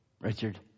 Richard